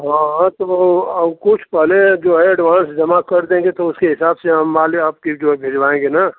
हाँ हाँ तो वह अब कुछ पहले जो है एडवान्स जमा कर देंगे तो उसके हिसाब से हम माल आपकी जो है भिजवाएँगे न